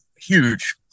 huge